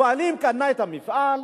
הבעלים קנו את המפעל,